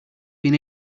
been